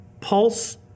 pulse